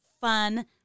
fun